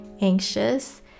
Anxious